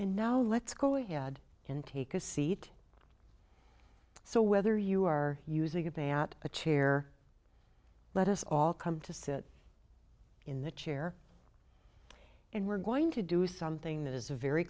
and now let's go ahead and take a seat so whether you are using a day at a chair let us all come to sit in the chair and we're going to do something that is a very